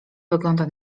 wygląda